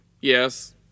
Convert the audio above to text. Yes